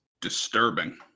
disturbing